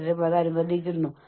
ആരോ സമ്മർദ്ദം അനുഭവിക്കുന്നു